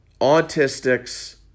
autistics